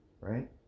right